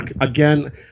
Again